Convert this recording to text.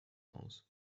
aus